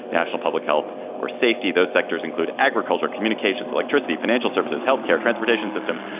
national public health or safety. those sectors include agriculture, communications, electricity, financial services, health care, transportation systems.